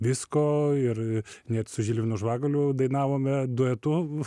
visko ir net su žilvinu žvaguliu dainavome duetu